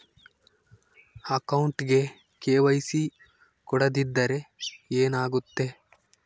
ಅಕೌಂಟಗೆ ಕೆ.ವೈ.ಸಿ ಕೊಡದಿದ್ದರೆ ಏನಾಗುತ್ತೆ?